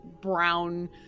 brown